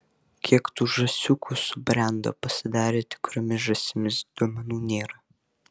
kiek tų žąsiukų subrendo pasidarė tikromis žąsimis duomenų nėra